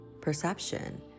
perception